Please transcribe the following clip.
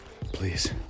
Please